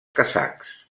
kazakhs